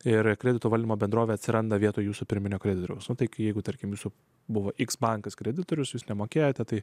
ir kredito valdymo bendrovė atsiranda vietoj jūsų pirminio kreditoriaus o jeigu tarkim jūsų buvo iks bankas kreditorius jūs nemokėjote tai